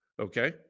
Okay